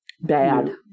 Bad